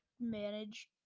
manage